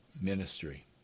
Ministry